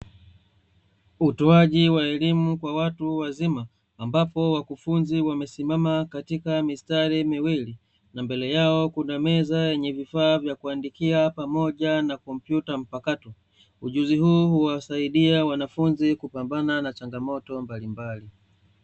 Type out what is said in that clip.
Utoaji wa elimu kwa watu wazima, ambapo wakufunzi wamesimama katika mistari miwili na mbele yao kuna meza yenye vifaa vya kuandikia pamoja na kompyuta mpakato. Ujuzi huu huwasaidia wanafunzi kupambana na changamoto mbalimbali.